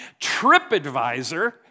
TripAdvisor